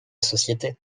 société